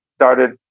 started